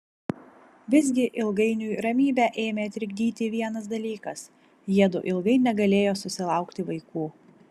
visgi ilgainiui ramybę ėmė trikdyti vienas dalykas jiedu ilgai negalėjo susilaukti vaikų